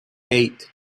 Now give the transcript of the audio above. eight